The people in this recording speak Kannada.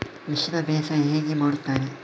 ಮಿಶ್ರ ಬೇಸಾಯ ಹೇಗೆ ಮಾಡುತ್ತಾರೆ?